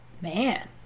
Man